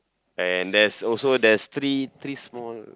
and there's also there's three three small